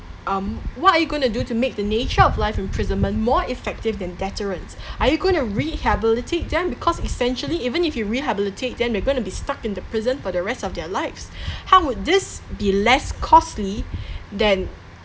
um what are you going to do to make the nature of life imprisonment more effective than deterrent are you going to rehabilitate them because essentially even if you rehabilitate them they're going to be stuck in the prison for the rest of their lives how would this be less costly than